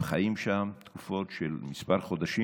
הם חיים שם תקופות של כמה חודשים.